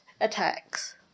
attacks